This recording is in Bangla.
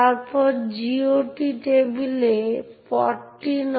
তাই এর উপর ভিত্তি করে দুটি উপায় রয়েছে যার মাধ্যমে আপনি একটি ফাইল ডেস্ক্রিপ্টর পেতে পারেন